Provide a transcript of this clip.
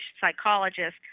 psychologist